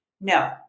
No